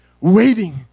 waiting